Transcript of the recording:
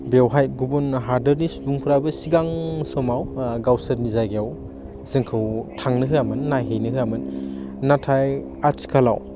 बेवहाय गुबुन हादरनि सुबुंफ्राबो सिगां समाव गावसोरनि जायगायाव जोंखौ थांनो होयामोन नायहैनो होयामोन नाथाय आथिखालाव